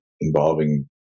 involving